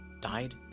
died